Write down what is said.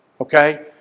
Okay